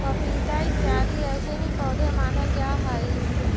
पपीता इत्यादि ऐसे ही पौधे मानल जा हई